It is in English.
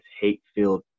hate-filled